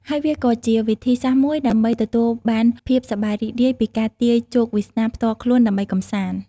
ហើយវាក៏ជាវិធីសាស្ត្រមួយដើម្បីទទួលបានភាពសប្បាយរីករាយពីការទាយជោគវាសនាផ្ទាល់ខ្លួនដើម្បីកំសាន្ត។